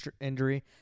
injury